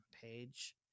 page